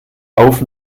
auf